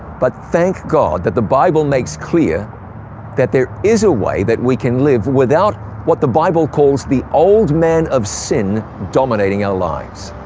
but thank god that the bible makes clear that there is a way that we can live without what the bible calls the old man of sin dominating our lives.